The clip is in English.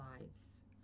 lives